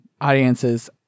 audiences